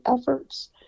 efforts